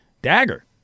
dagger